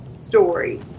story